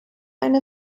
eine